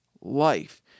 life